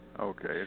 Okay